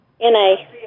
N-A